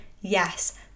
yes